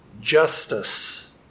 justice